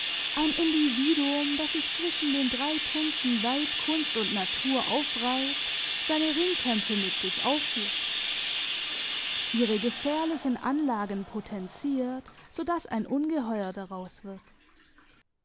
ein individuum das sich zwischen den drei punkten weib kunst und natur aufreibt seine ringkämpfe mit sich aufführt ihre gefährlichen anlagen potenziert so dass ein ungeheuer daraus wird